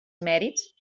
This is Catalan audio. mèrits